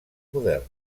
moderns